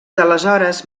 d’aleshores